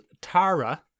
Tara